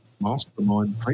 Mastermind